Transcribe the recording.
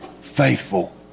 faithful